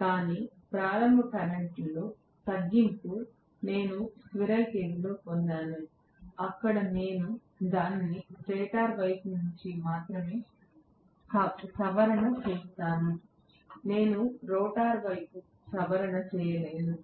కాని ప్రారంభ టార్క్లో తగ్గింపు నేను స్క్విరెల్ కేజ్ లో పొందాను అక్కడ నేను దానిని స్టేటర్ వైపు నుండి మాత్రమే సవరణ చేస్తాను నేను రోటర్ వైపు సవరణ చేయలేను